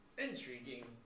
Intriguing